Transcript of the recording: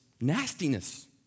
nastiness